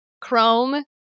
Chrome